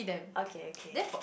okay okay